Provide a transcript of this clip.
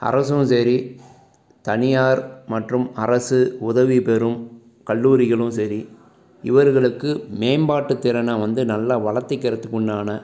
அரசும் சரி தனியார் மற்றும் அரசு உதவிபெறும் கல்லூரிகளும் சரி இவர்களுக்கு மேம்பாட்டுத் திறனை வந்து நல்லா வளத்துக்கிறதுக்குண்டான